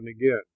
again